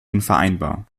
unvereinbar